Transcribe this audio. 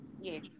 yes